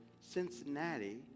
Cincinnati